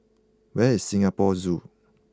where is Singapore Zoo